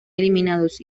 eliminados